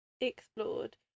Explored